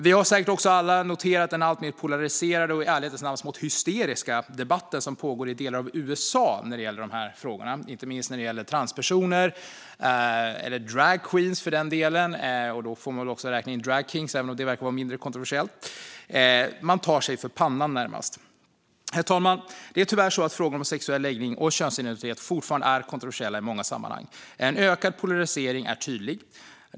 Vi har säkert alla noterat den alltmer polariserade och i ärlighetens namn smått hysteriska debatten som pågår i delar av USA. Det gäller inte minst frågan om transpersoner eller dragqueens. Här får man väl också räkna in dragkings, även om de verkar vara mindre kontroversiella. Man tar sig för pannan. Herr talman! Frågor om sexuell läggning och könsidentitet är tyvärr fortfarande kontroversiella i många sammanhang. En ökad polarisering är tydlig.